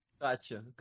Gotcha